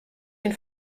den